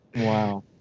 Wow